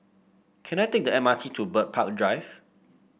can I take the M R T to Bird Park Drive